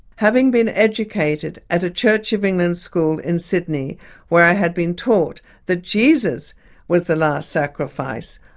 having been educated at a church of england school in sydney where i had been taught that jesus was the last sacrifice,